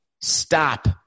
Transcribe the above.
stop